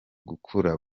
gukura